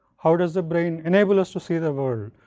how does the brain enable us to see the world?